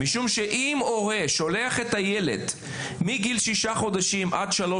משום אם הורה שולח את הילד מגיל שישה חודשים עד שלוש